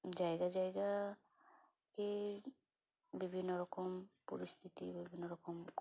ᱡᱟᱭᱜᱟ ᱡᱟᱭᱜᱟ ᱜᱮ ᱵᱤᱵᱷᱤᱱᱱᱚ ᱨᱚᱠᱚᱢ ᱯᱚᱨᱤᱥᱛᱷᱤᱛᱤ ᱵᱤᱵᱷᱤᱱᱱᱚ ᱨᱚᱠᱚᱢ